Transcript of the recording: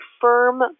firm